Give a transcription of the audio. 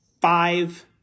five